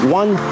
one